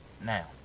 now